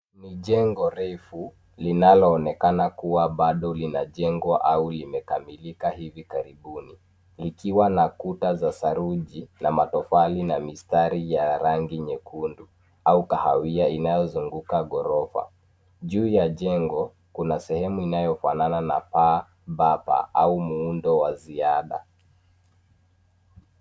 Ni jengo refu linaloonekana kuwa bado linajengwa au limekamilika hivi karibuni. Likiwa na kuta za saruji na matofali na mistari ya rangi nyekundu au kahawia inayozunguka ghorofa. Juu ya jengo kuna sehemu inayofanana na paa au muundo wa ziada.